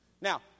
Now